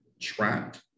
trapped